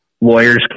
lawyers